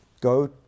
go